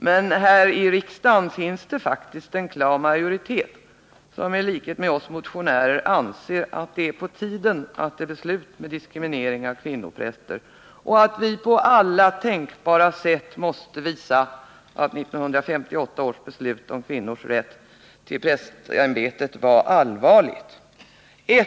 Men här i riksdagen finns faktiskt en klar majoritet, som i likhet med oss motionärer anser att det är på tiden att det blir slut med diskrimineringen av kvinnopräster och att vi på alla tänkbara sätt måste visa att 1958 års beslut om kvinnors rätt till prästämbetet var allvarligt menat.